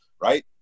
right